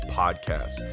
podcast